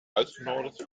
uitgenodigd